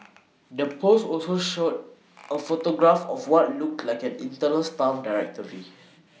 the post also short A photograph of what looked like an internal staff directory